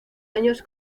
años